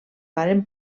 varen